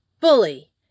Bully